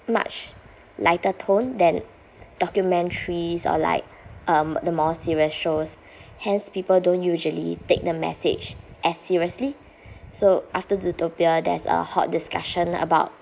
much lighter tone than documentaries or like um the more serious shows hence people don't usually take the message as seriously so after zootopia there's a hot discussion about